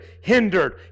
hindered